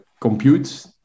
compute